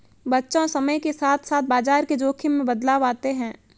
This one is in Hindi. बच्चों समय के साथ साथ बाजार के जोख़िम में बदलाव आते हैं